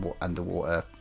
underwater